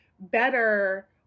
better